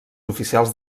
oficials